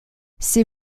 ces